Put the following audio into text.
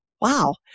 Wow